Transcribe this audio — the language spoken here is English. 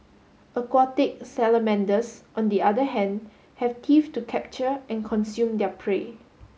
aquatic salamanders on the other hand have teeth to capture and consume their prey